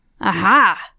Aha